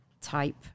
type